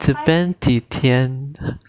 japan 几天